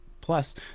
Plus